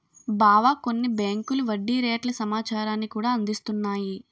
బావా కొన్ని బేంకులు వడ్డీ రేట్ల సమాచారాన్ని కూడా అందిస్తున్నాయి